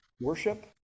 worship